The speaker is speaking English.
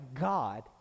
God